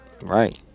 right